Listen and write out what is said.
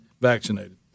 vaccinated